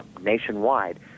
nationwide